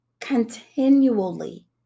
continually